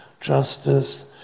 justice